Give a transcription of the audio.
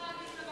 סליחה.